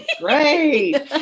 Great